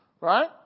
right